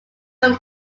from